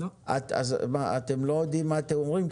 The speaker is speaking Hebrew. אתם לא יודעים מה אתם אומרים?